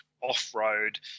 off-road